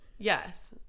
yes